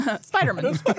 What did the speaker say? Spider-Man